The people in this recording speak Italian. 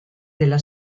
della